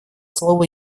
слово